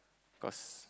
cause